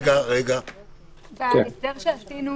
בהסדר שעשינו